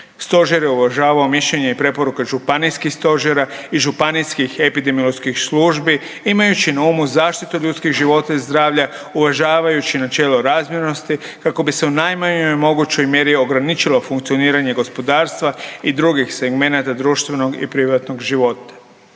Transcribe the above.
Stožer je uvažavo mišljenje i preporuke županijskih stožera i županijskih epidemioloških službi imajući na umu zaštitu ljudskih života i zdravlja uvažavajući načelo razmjernosti kako bi se u najmanjoj mogućoj mjeri ograničilo funkcioniranje gospodarstva i drugih segmenata društvenog i privatnog života.